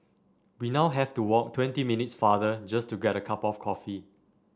we now have to walk twenty minutes farther just to get a cup of coffee